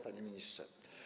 Panie Ministrze!